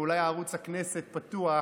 ואולי ערוץ הכנסת פתוח,